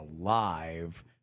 alive